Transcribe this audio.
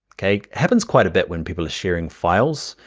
okay? it happens quite a bit when people are sharing files,